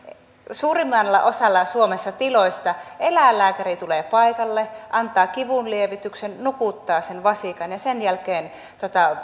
suurimmalla osalla tiloista suomessa eläinlääkäri tulee paikalle antaa kivunlievityksen nukuttaa sen vasikan ja sen jälkeen